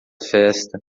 festa